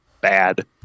bad